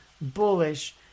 bullish